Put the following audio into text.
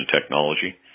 technology